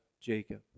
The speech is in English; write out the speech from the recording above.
Jacob